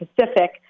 Pacific